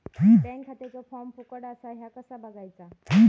Bank खात्याचो form फुकट असा ह्या कसा बगायचा?